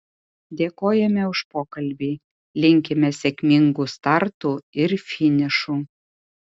dėkojame už pokalbį linkime sėkmingų startų ir finišų